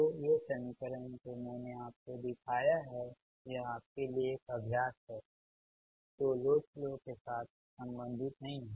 तो ये समीकरण जो मैंने आपको दिखाया है यह आपके लिए एक अभ्यास है जो लोड फ्लो के साथ संबंधित नहीं है